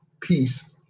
Peace